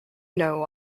know